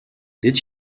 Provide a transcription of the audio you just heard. did